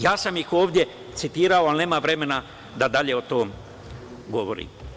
Ja sam ih ovde citira, ali nemam vremena da dalje o tome govorim.